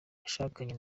yashakanye